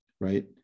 right